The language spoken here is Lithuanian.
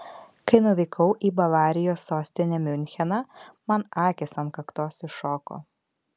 kai nuvykau į bavarijos sostinę miuncheną man akys ant kaktos iššoko